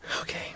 Okay